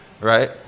right